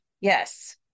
Yes